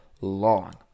long